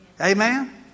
Amen